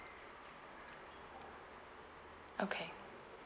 okay